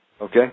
Okay